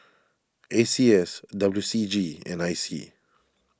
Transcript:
A C S W C G and I C